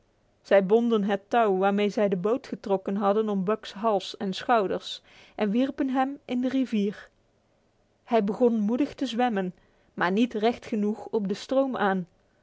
zij bonden het touw waarmee zij de boot getrokken hadden om buck's hals en schouders en wierpen hem in de rivier hij begon moedig te zwemmen maar niet recht genoeg op de stroom aan